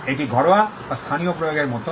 এটি ঘরোয়া বা স্থানীয় প্রয়োগের মতো